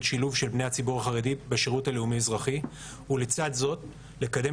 שילוב של בני הציבור החרדי בשירות הלאומי-אזרחי ולצד זאת לקדם